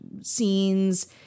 scenes